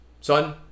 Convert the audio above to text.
Son